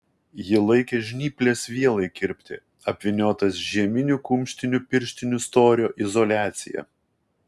ji laikė žnyples vielai kirpti apvyniotas žieminių kumštinių pirštinių storio izoliacija